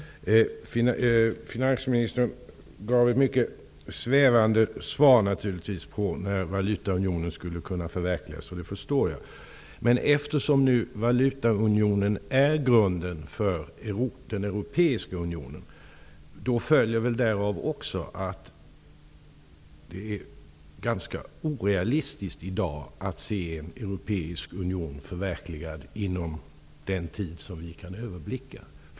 Fru talman! Finansministern gav naturligtvis mycket svävande svar på frågan när valutaunionen skulle kunna förverkligas. Det förstår jag. Men eftersom nu valutaunionen är grunden för den europeiska unionen, följer därav också att det är ganska orealistiskt i dag att se en europeisk union förverkligad inom den tid som vi kan överblicka.